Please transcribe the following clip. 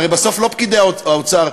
הרי בסוף לא פקידי האוצר,